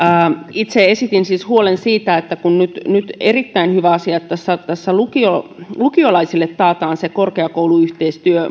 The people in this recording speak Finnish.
itse esitin siis huolen siitä että kun nyt nyt on erittäin hyvä asia että tässä lukiolaisille taataan se korkeakouluyhteistyö